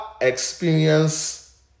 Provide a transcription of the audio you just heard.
experience